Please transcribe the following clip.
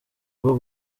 bwo